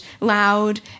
loud